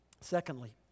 Secondly